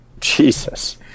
Jesus